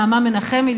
נעמה מנחמי,